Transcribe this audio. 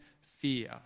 fear